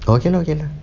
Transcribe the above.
okay okay lah